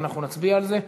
אנחנו נצביע על זה.